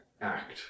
act